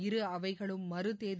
இரு அவைகளும் மறுதேதி